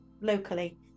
locally